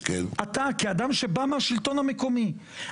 אתה כאדם שבא מהשלטון המקומי,